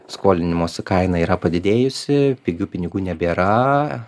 skolinimosi kaina yra padidėjusi pigių pinigų nebėra